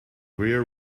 queer